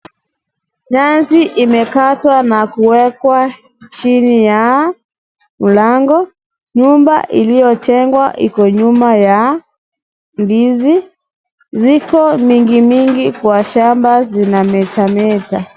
Nyasi imekatwa na kuwekwa chini ya mlango, nyumba iliyojengwa iko nyuma ya ndizi, ziko mingi mingi kwa shamba zinametameta.